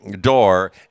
door